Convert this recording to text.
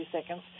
seconds